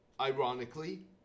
Ironically